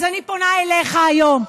אז אני פונה אליך היום,